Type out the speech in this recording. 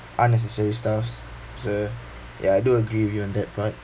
unnecessary stuffs so ya I do agree with you on that part